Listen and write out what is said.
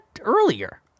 earlier